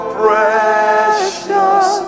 precious